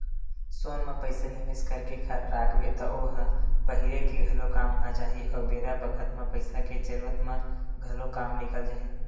सोना म पइसा निवेस करके राखबे त ओ ह पहिरे के घलो काम आ जाही अउ बेरा बखत म पइसा के जरूरत म घलो काम निकल जाही